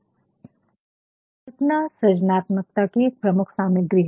कल्पना सृजनात्मकता की एक प्रमुख सामग्री है